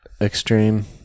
extreme